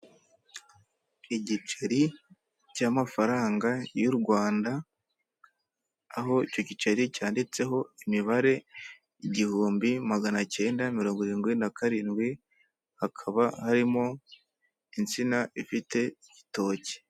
Igiceri cy’amafaranga y’u Rwanda, aho icyo giceri cyanditseho imibare igihumbi magana cyenda mirongo irindwi na karindwi, hakaba harimo insina ifite igitoki.